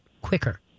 quicker